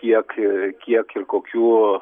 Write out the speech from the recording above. kiek kiek ir kokių